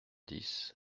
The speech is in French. dix